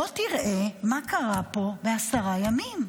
בוא תראה מה קרה פה בעשרה ימים.